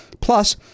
plus